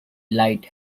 light